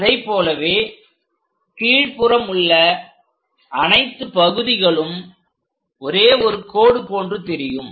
அதைப்போலவே கீழ்புறம் உள்ள அனைத்து பகுதிகளும் ஒரே ஒரு கோடு போன்று தெரியும்